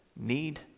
need